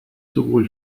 sowohl